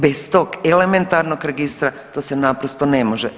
Bez tog elementarnog registra to se naprosto ne može.